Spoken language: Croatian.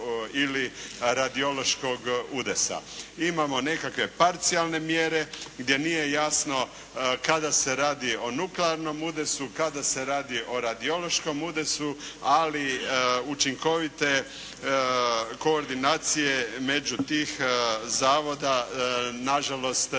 ili radiološkog udesa. Imamo nekakve parcijalne mjere gdje nije jasno kada se radi o nuklearnom udesu, kada se radi o radiološkom udesu, ali učinkovite koordinacije među tih zavoda nažalost